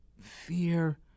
fear